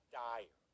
dire